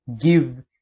give